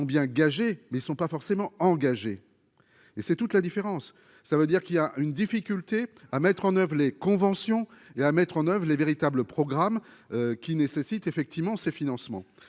bien gagés mais ne sont pas forcément engagée et c'est toute la différence, ça veut dire qu'il y a une difficulté à mettre en oeuvre les conventions et à mettre en oeuvre les véritables programmes qui nécessite effectivement ces financements